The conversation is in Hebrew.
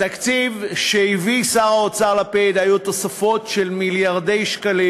בתקציב שהביא שר האוצר לפיד היו תוספות של מיליארדי שקלים